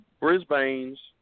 Brisbane's